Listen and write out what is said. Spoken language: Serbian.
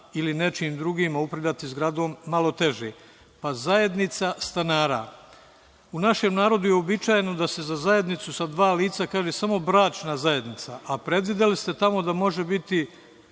ili nečim drugim, ali upravljati zgradom malo teže. Pa, zajednica stanara? U našem narodu je uobičajeno da se za zajednicu sa dva lica kaže samo bračna zajednica, a predvideli ste tamo da može biti